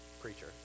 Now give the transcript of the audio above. preacher